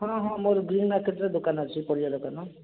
ହଁ ହଁ ହଁ ମୋର ବିଲଡ଼ିଙ୍ଗ୍ ମାର୍କେଟ୍ରେ ଦୋକାନ ଅଛି ପରିବା ଦୋକାନ